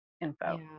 info